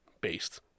based